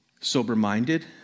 sober-minded